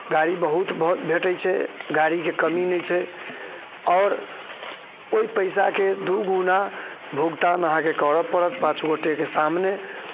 गाड़ी बहुत भेटै छै गाड़ीके कमी नहि छै आओर ओइ पैसाके दुगूना भुगतान अहाँके करऽ पड़त पाँच गोटेके सामने